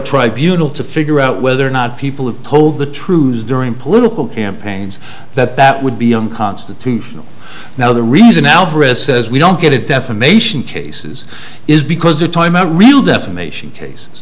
tribunals to figure out whether or not people have told the truth as during political campaigns that that would be unconstitutional now the reason alvarez says we don't get it defamation cases is because the time a real defamation case